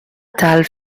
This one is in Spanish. tal